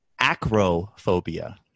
acrophobia